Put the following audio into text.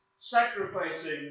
sacrificing